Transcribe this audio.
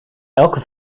elke